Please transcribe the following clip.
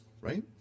right